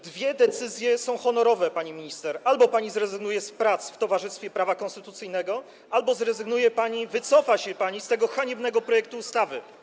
Dwie decyzje są honorowe, pani minister: albo zrezygnuje pani z prac w towarzystwie prawa konstytucyjnego, albo zrezygnuje pani, wycofa się pani z poparcia dla tego haniebnego projektu ustawy.